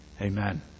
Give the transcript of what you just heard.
Amen